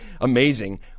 amazing